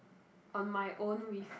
on my own with